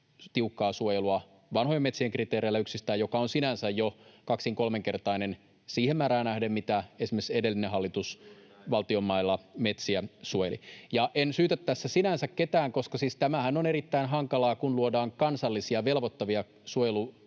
tiukkaa suojelua vanhojen metsien kriteereillä yksistään, joka on sinänsä jo kaksin—kolminkertainen [Petri Huru: Juuri näin!] siihen määrään nähden, mitä esimerkiksi edellinen hallitus valtion mailla metsiä suojeli. En syytä tässä sinänsä ketään, koska siis tämähän on erittäin hankalaa, kun luodaan kansallisia velvoittavia suojelukriteereitä,